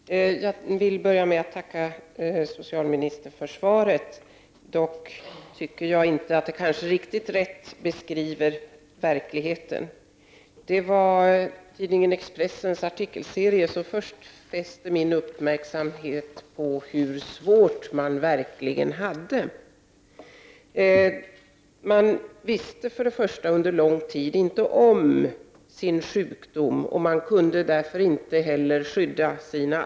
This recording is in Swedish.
Herr talman! Jag vill börja med att tacka socialministern för svaret. Jag tycker dock att det kanske inte beskriver verkligheten riktigt rätt. Det var tidningen Expressens artikelserie som först fäste min uppmärksamhet på hur svårt människor verkligen hade det. De visste under lång tid inte om sin sjukdom, och de kunde därför inte heller skydda sina anhöriga.